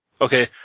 Okay